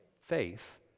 faith